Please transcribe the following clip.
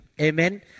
Amen